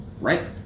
right